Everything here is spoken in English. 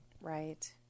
Right